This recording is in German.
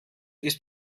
ist